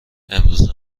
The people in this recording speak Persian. امروزه